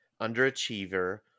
Underachiever